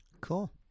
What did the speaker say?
Cool